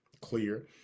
clear